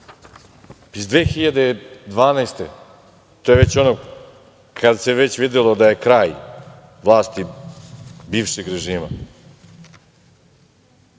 iz 2012. godine, to je ono kada se već videlo da je kraj vlasti bivšeg režima.